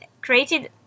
created